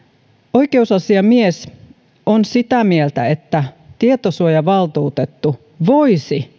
oikeusasiamies on sitä mieltä että tietosuojavaltuutettu voisi